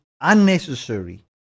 unnecessary